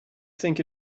think